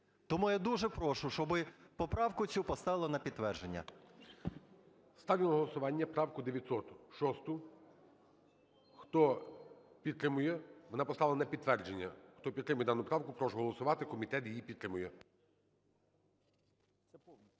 Тому я дуже прошу, щоб поправку цю поставили на підтвердження. ГОЛОВУЮЧИЙ. Ставлю на голосування правку 906. Хто підтримує? Вона поставлена на підтвердження. Хто підтримує дану правку, прошу голосувати. Комітет її підтримує.